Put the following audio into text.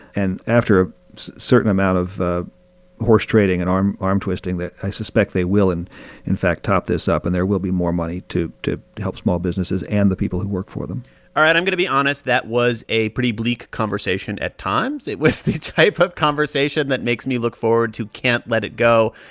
and after a certain amount of ah horse trading and arm arm twisting, i suspect they will, in in fact, top this up, and there will be more money to to help small businesses and the people who work for them all right. i'm going to be honest. that was a pretty bleak conversation at times. it was the type of conversation that makes me look forward to can't let it go,